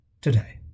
Today